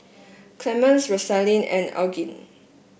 Clemens Rosaline and Elgin